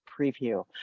Preview